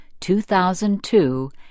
2002